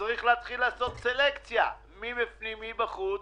צריך להתחיל לעשות סלקציה מי בפנים ומי בחוץ.